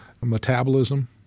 metabolism